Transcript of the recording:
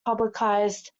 publicized